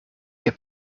heb